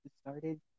started